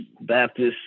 Baptist